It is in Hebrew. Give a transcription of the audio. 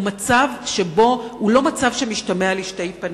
זה לא מצב שמשתמע לשתי פנים.